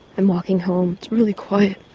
i'm walking home. it's really quiet,